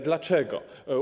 Dlaczego?